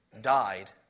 died